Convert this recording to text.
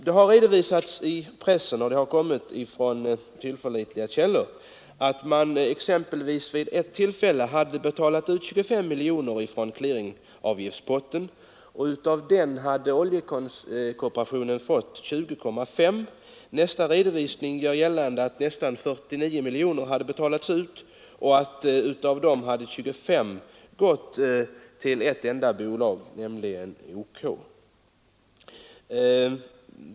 Det har redovisats i pressen — och uppgifterna kom från tillförlitliga källor — att man exempelvis vid ett tillfälle hade betalat ut 25 miljoner från clearingavgiftspotten, och av det beloppet hade oljekooperationen fått 20,5 miljoner. Nästa redovisning gör gällande att nästan 49 miljoner betalats ut, och av dem hade 25 miljoner gått till ett enda bolag, nämligen OK.